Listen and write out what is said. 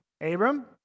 Abram